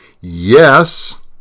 Yes